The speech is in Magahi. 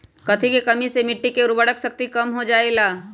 कथी के कमी से मिट्टी के उर्वरक शक्ति कम हो जावेलाई?